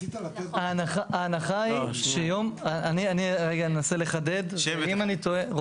אז אני אנסה לחדד את מה שהיא אומרת.